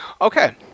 Okay